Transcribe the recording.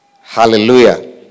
Hallelujah